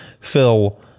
Phil